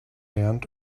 end